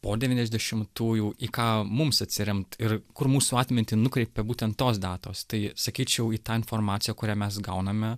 po devyniasdešimtųjų į ką mums atsiremt ir kur mūsų atmintį nukreipia būtent tos datos tai sakyčiau į tą informaciją kurią mes gauname